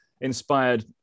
inspired